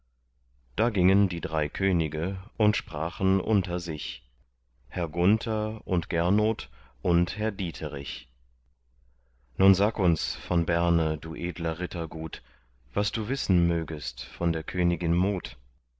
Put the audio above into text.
da gingen die drei könige und sprachen unter sich herr gunther und gernot und herr dieterich nun sag uns von berne du edler ritter gut was du wissen mögest von der königin mut